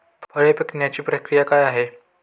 फळे पिकण्याची प्रक्रिया काय आहे?